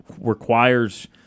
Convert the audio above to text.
requires